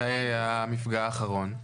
מתי היה מהמפגע האחרון?